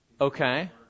Okay